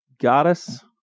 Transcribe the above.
goddess